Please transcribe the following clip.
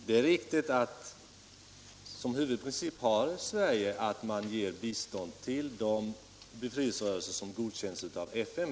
Herr talman! Jag vill bara helt kort säga att det är riktigt att Sverige som huvudprincip har att ge bistånd till de befrielserörelser som godkänts av FN.